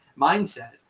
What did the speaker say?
mindset